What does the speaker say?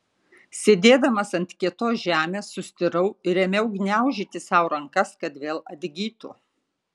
sėdėdamas ant kietos žemės sustirau ir ėmiau gniaužyti sau rankas kad vėl atgytų